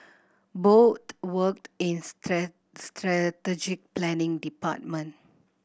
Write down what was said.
both worked in strategic planning department